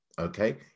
okay